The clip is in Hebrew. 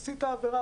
עשית עבירה,